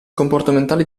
comportamentali